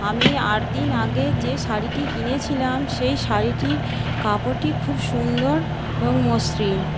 আমি আটদিন আগে যে শাড়িটি কিনেছিলাম সেই শাড়িটির কাপড়টি খুব সুন্দর এবং মসৃণ